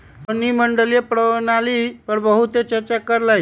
रोहिणी मंडी प्रणाली पर बहुत चर्चा कर लई